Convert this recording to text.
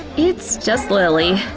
it's just lilly.